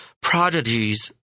prodigies